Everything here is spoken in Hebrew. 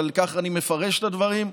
אבל כך אני מפרש את הדברים,